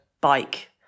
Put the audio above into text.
bike